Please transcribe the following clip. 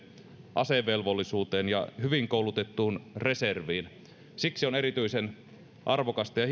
asevelvollisuuteen ja hyvin koulutettuun reserviin siksi on erityisen arvokasta ja